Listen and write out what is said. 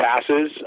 passes